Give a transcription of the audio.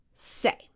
Say